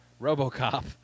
Robocop